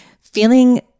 feeling